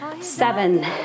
Seven